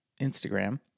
Instagram